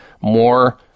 more